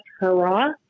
hurrah